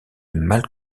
mal